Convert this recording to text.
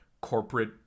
corporate